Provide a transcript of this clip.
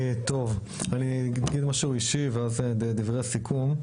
טוב, אני אגיד משהו אישי ואז דברי סיכום.